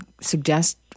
suggest